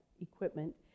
equipment